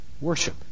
worship